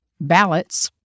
ballots